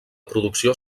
producció